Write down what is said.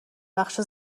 بخش